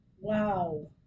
wow